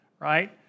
Right